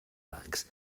banks